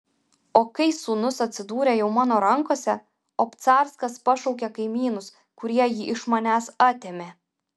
o kai sūnus atsidūrė jau mano rankose obcarskas pašaukė kaimynus kurie jį iš manęs atėmė